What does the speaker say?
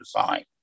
design